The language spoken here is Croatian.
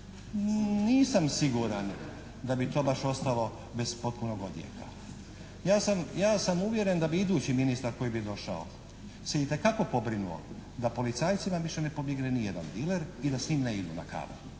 Nisam siguran da bi to baš ostalo bez potpunog odjeka. Ja sam uvjeren da bi idući ministar koji bi došao se itekako pobrinuo da policajcima više ne pobjegne ni jedan diler i da s njim ne idu na kavu,